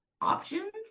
options